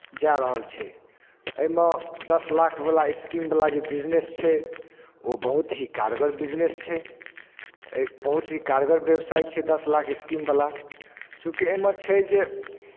जा रहल छै एहिमे दस लाखवला स्कीमवला जे बिजनेस छै ओ बहुत ही कारगर बिजनेस छै बहुत ही कारगर व्यवसाय छै दस लाखवला चूँकि एहिमे छै जे